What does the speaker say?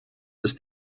ist